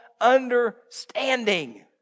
understanding